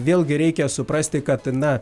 vėlgi reikia suprasti kad na